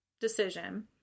decision